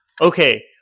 Okay